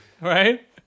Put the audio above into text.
Right